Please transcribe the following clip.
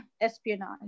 espionage